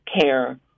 care